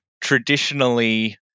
traditionally